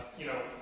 you know,